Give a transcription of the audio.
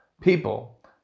people